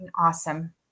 awesome